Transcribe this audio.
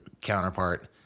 counterpart